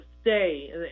stay